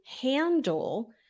handle